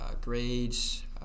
grades